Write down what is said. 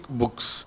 books